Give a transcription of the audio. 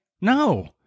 No